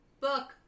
book